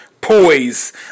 poise